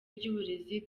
ry’uburezi